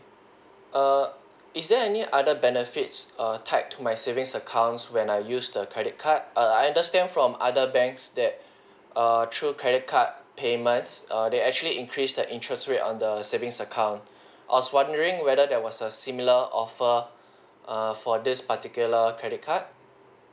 err is there any other benefits err tight to my savings accounts when I use the credit card err I understand from other banks that err through credit card payment err they actually increase the interest rate on the savings account I was wondering whether there was a similar offer err for this particular credit card